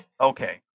Okay